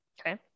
Okay